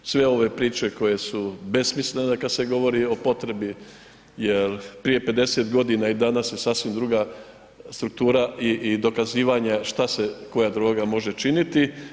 Sve ove priče koje su besmislene kad se govori o potrebi jel prije 50.g. i danas je sasvim druga struktura i, i dokazivanje šta sve koja droga može činiti.